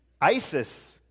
isis